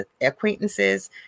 acquaintances